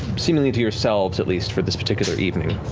seemingly to yourselves, at least, for this particular evening.